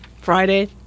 Friday